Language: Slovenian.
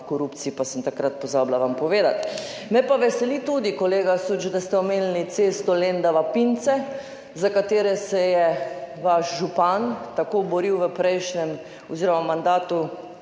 o korupciji, pa sem vam jo takrat pozabila povedati. Me pa veseli tudi kolega Süč, da ste omenili cesto Lendava–Pince, za katero se je vaš župan tako boril v mandatu,